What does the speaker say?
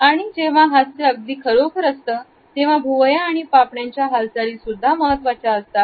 आणि जेव्हा हास्य अगदी खरोखर असतं तेव्हा भुवया आणि पापण्यांच्या हालचाली सुद्धा महत्त्वाच्या असतात